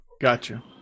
Gotcha